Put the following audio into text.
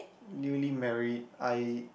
newly married I